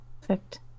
Perfect